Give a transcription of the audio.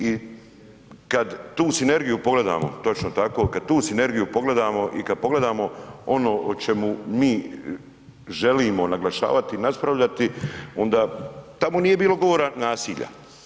I kad tu sinergiju pogledamo, točno tako, kad tu sinergiju pogledamo i kad pogledamo ono o čemu mi želimo naglašavati i raspravljati onda, tamo nije bilo govora nasilja.